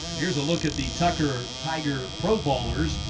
here's a look at the tucker, tiger pro-bowlers.